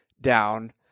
down